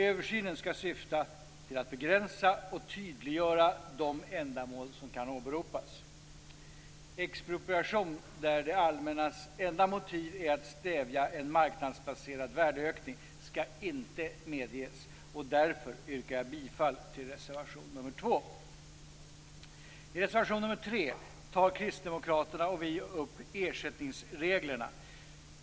Översynen skall syfta till att begränsa och tydliggöra de ändamål som kan åberopas. Expropriation där det allmännas enda motiv är att stävja en marknadsbaserad värdeökning skall inte medges och därför yrkar jag bifall till reservation nr 2. I reservation nr 3 tar kristdemokraterna och vi upp ersättningsreglerna.